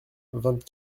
vingt